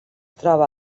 troba